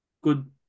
good